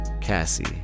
Cassie